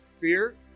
Fear